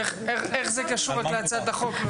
איך זה קשור להצעת החוק?